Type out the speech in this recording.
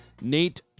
Nate